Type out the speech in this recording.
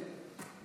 ויבוא